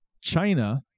China